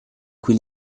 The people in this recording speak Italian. cui